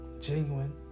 genuine